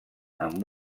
amb